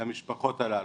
למשפחות הללו.